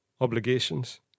obligations